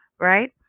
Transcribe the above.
right